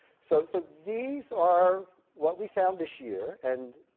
so so these are what we found this year and